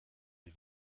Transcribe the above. sie